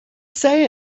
say